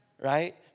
right